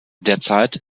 derzeit